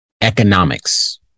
economics